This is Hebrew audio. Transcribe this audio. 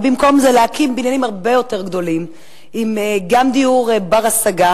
ובמקום זה להקים בניינים הרבה יותר גדולים גם עם דיור בר-השגה,